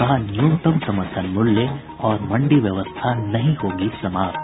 कहा न्यूनतम समर्थन मूल्य और मंडी व्यवस्था नहीं होगी समाप्त